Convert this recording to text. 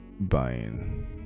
buying